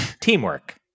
Teamwork